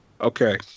Okay